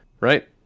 right